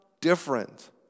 different